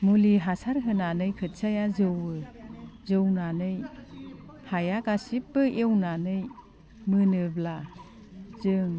मुलि हासार होनानै खोथियाया जौवो जौनानै हाया गासैबो एवनानै मोनोब्ला जों